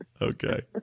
Okay